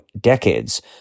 decades